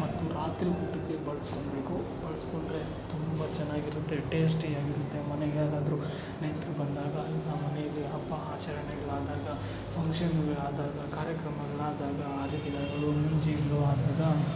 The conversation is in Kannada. ಮತ್ತು ರಾತ್ರಿ ಊಟಕ್ಕೆ ಬಳಸ್ಕೋಬೇಕು ಬಳಸಿಕೊಂಡ್ರೆ ತುಂಬ ಚೆನ್ನಾಗಿರುತ್ತೆ ಟೇಸ್ಟಿ ಆಗಿರುತ್ತೆ ಮನೆಗೆ ಯಾರಾದರೂ ನೆಂಟರು ಬಂದಾಗ ಆ ಮನೆಯಲ್ಲಿ ಹಬ್ಬ ಆಚರಣೆಗಳಾದಾಗ ಫಂಕ್ಷನ್ಗಳಾದಾಗ ಕಾರ್ಯಕ್ರಮಗಳಾದಾಗ ಅದೇ